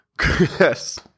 Yes